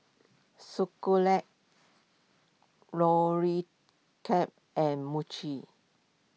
and Mochi